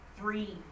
three